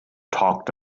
talked